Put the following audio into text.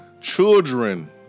children